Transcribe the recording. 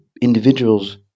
individuals